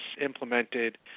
implemented